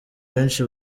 benshi